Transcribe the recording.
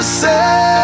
say